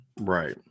Right